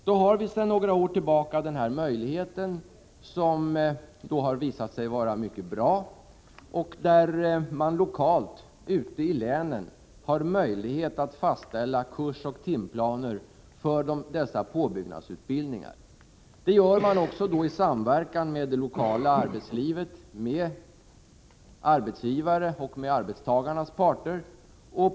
Då har vi sedan några år tillbaka denna möjlighet, som har visat sig vara mycket bra, där man lokalt ute i länen kan fastställa kursoch timplaner för dessa påbyggnadsutbildningar. Det gör man också lokalt i samverkan med arbetsgivare och med arbetstagarnas företrädare.